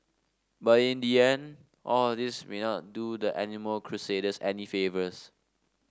but in the end all this may not do the animal crusaders any favours